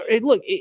Look